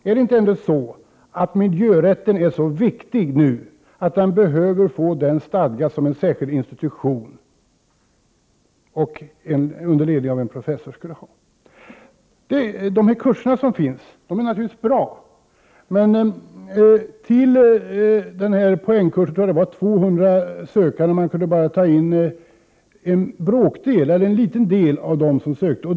Är inte miljörätten nu så viktig att den behöver få den stadga som en särskild institution under ledning av en professor skulle ha? De kurser som finns är naturligtvis bra. Men till den poängkurs som finns tror jag att det var 200 sökande, och man kunde ta in bara en liten del av dem som sökte.